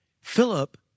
Philip